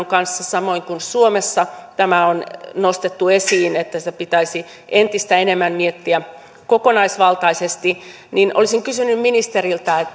kanssa samoin kuin suomessa on nostettu esiin että sitä pitäisi entistä enemmän miettiä kokonaisvaltaisesti olisin kysynyt ministeriltä